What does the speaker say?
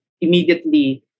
immediately